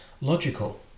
logical